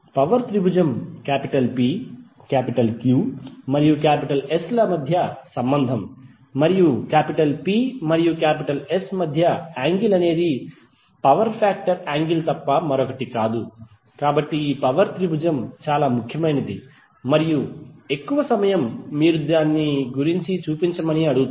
power త్రిభుజం P Q మరియు S ల మధ్య సంబంధం మరియు P మరియు S మధ్య యాంగిల్ అనేది పవర్ ఫాక్టర్ యాంగిల్ తప్ప మరొకటి కాదు కాబట్టి ఈ పవర్ త్రిభుజం చాలా ముఖ్యమైనది మరియు ఎక్కువ సమయం మీరు దాని గురించి చూపించమని అడుగుతారు